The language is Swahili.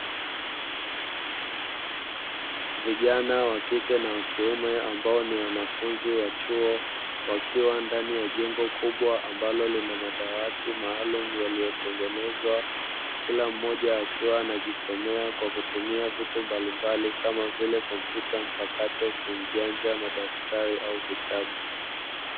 Vijana wa kike na wa kiume ambao ni wanafunzi wa chuo wakiwa ndani ya jengo kubwa ambalo lina madawati maalumu yaliyotengenezwa, kila mmoja akiwa anajisomea kwa kutumia vitu mbalimbali kama vile kompyuta mpakato, simu janja, madaftari au vitabu.